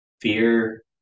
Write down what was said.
fear